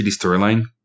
storyline